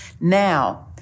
Now